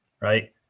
right